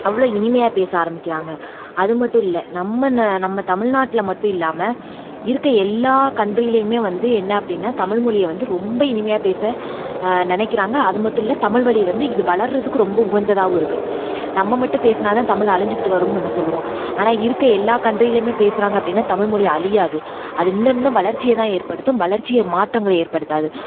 அவ்வளோ இனிமையாக பேச ஆரம்பிக்கிறாங்க அது மட்டும் இல்லை நம்ம நம்ம தமிழ் நாட்டில் மட்டும் இல்லாமல் இருக்க எல்லா கன்ட்ரிலேயுமே வந்து என்ன அப்படினா தமிழ் மொழியை வந்து ரொம்ப இனிமையாக பேச நினைக்கிறாங்க அது மட்டும் இல்லை தமிழ் வழி வந்து இது வளர்கிறதுக்கு ரொம்ப உகந்ததாகவும் இருக்குது நம்ம மட்டும் பேசுனால்தான் தமிழ் அழிஞ்சுகிட்டு வரும்னு நம்ம சொல்லுவோம் ஆனால் இருக்க எல்லா கன்ட்ரிலேயுமே பேசுகிறாங்க அப்படினா தமிழ் மொழி அழியாது அது இன்னும் இன்னும் வளர்ச்சியைதான் ஏற்படுத்தும் வளர்ச்சியை மாற்றங்களை ஏற்படுத்தாது